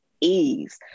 ease